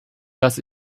das